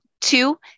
two